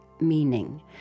meaning